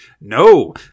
No